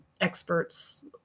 experts